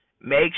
Make